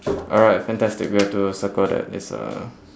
alright fantastic we have to circle that it's uh